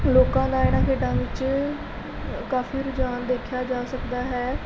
ਲੋਕਾਂ ਦਾ ਇਨ੍ਹਾਂ ਖੇਡਾਂ ਵਿੱਚ ਕਾਫ਼ੀ ਰੁਝਾਨ ਦੇਖਿਆ ਜਾ ਸਕਦਾ ਹੈ